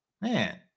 Man